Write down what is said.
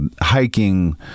hiking